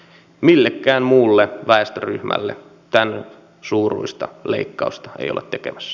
millekään muulle väestöryhmälle tämän suuruista leikkausta ei olla tekemässä